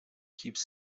keeps